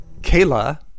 Kayla